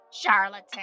charlatan